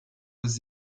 was